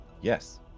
Yes